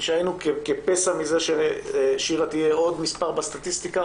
שהיינו כפסע מזה ששירה תהיה עוד מספר בסטטיסטיקה,